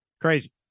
Crazy